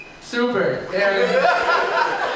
super